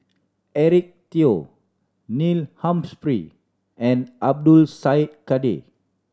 Eric Teo Neil Humphrey and Abdul Syed Kadir